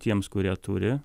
tiems kurie turi